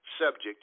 subject